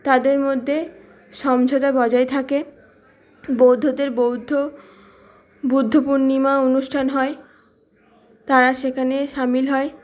তাদের মধ্যে সমঝোতা বজায় থাকে বৌদ্ধদের বৌদ্ধ বুদ্ধ পূর্ণিমা অনুষ্ঠান হয় তারা সেখানে সামিল হয়